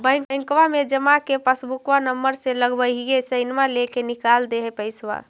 बैंकवा मे जा के पासबुकवा नम्बर मे लगवहिऐ सैनवा लेके निकाल दे है पैसवा?